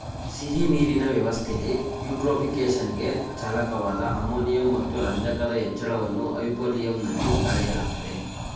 ಸಿಹಿನೀರಿನ ವ್ಯವಸ್ಥೆಲಿ ಯೂಟ್ರೋಫಿಕೇಶನ್ಗೆ ಚಾಲಕವಾದ ಅಮೋನಿಯಂ ಮತ್ತು ರಂಜಕದ ಹೆಚ್ಚಳವನ್ನು ಹೈಪೋಲಿಯಂನಲ್ಲಿ ಅಳೆಯಲಾಗ್ತದೆ